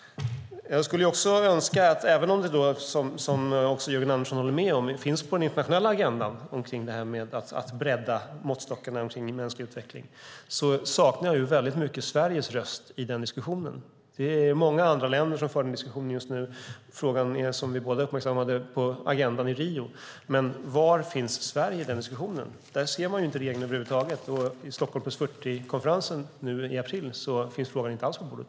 Även om det här, som Jörgen Andersson håller med om, med att bredda måttstockarna kring mänsklig utveckling finns på den internationella agendan saknar jag Sveriges röst i diskussionen. Det är många andra länder som för den diskussionen just nu, och frågan är, vilket vi båda uppmärksammade, på agendan i Rio. Men var finns Sverige i den diskussionen? Där ser man inte regeringen över huvud taget. Vid Stockholm + 40-konferensen nu i april finns frågan inte alls på bordet.